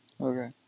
okay